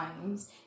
times